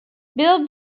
bill